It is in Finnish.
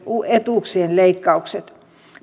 etuuksien leikkaukset